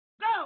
Go